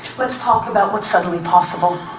let's talk about what's suddenly possible.